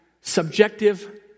subjective